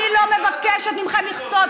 אני לא מבקשת ממך מכסות.